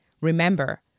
Remember